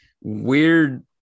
weird